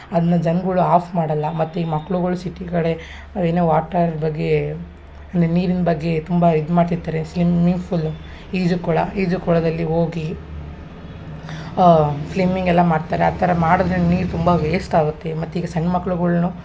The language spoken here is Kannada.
ಅದನ್ನ ಜನ್ಗಳು ಆಫ್ ಮಾಡಲ್ಲ ಮತ್ತು ಈ ಮಕ್ಳುಗಳು ಸಿಟಿ ಕಡೆ ಇನ್ನು ವಾಟರ್ ಬಗ್ಗೆ ನೀರಿನ ಬಗ್ಗೆ ತುಂಬ ಇದು ಮಾಡ್ತಿರ್ತಾರೆ ಸ್ಲಿಮಿಂಗ್ ಫೂಲು ಈಜು ಕೊಳ ಈಜು ಕೊಳದಲ್ಲಿ ಹೋಗಿ ಸ್ಲಿಮಿಂಗ್ ಎಲ್ಲ ಮಾಡ್ತಾರೆ ಆ ಥರ ಮಾಡಿದ್ರೆ ನೀರು ತುಂಬ ವೇಸ್ಟ್ ಆಗುತ್ತೆ ಮತ್ತು ಈಗ ಸಣ್ಣ ಮಕ್ಳುಗಳ್ನೂ